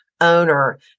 owner